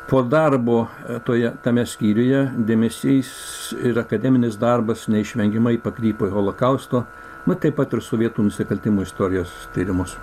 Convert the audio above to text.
po darbo toje tame skyriuje dėmesys ir akademinis darbas neišvengiamai pakrypo į holokausto na taip pat ir sovietų nusikaltimų istorijos tyrimus